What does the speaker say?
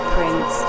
Prince